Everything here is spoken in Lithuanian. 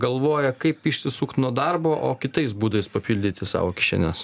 galvoja kaip išsisukt nuo darbo o kitais būdais papildyti savo kišenes